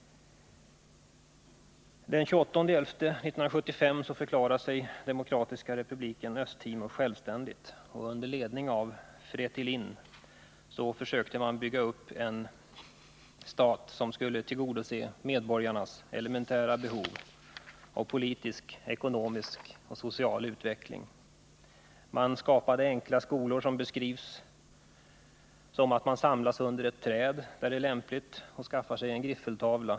Den 28 november 1975 förklarade sig Demokratiska republiken Östtimor självständig, och under ledning av Fretilin försökte man bygga upp en stat som skulle tillgodose medborgarnas elementära behov av politisk, ekonomisk och social utveckling. Man skapade enkla skolor, som beskrivs som att man samlas under ett träd, där det är lämpligt, och skaffar sig en griffeltavla.